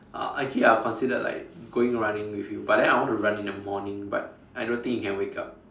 uh actually I considered like going running with you but then I want to run in the morning but I don't think you can wake up